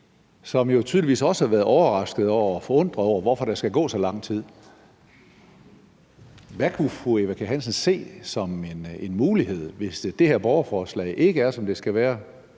jo tydeligvis også har været overrasket og forundret over, hvorfor der skal gå så lang tid. Hvad kunne fru Eva Kjer Hansen se som en mulighed, hvis det her borgerforslag ikke er, som det skal være,